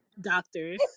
doctors